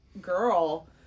girl